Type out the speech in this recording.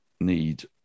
need